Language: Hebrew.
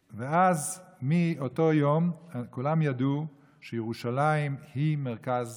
מאותו יום כולם ידעו שירושלים היא המרכז